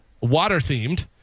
water-themed